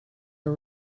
our